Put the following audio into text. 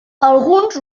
alguns